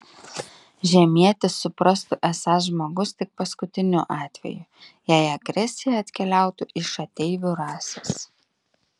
žemietis suprastų esąs žmogus tik paskutiniu atveju jei agresija atkeliautų iš ateivių rasės